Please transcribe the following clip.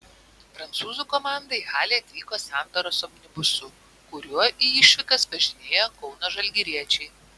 prancūzų komanda į halę atvyko santaros omnibusu kuriuo į išvykas važinėja kauno žalgiriečiai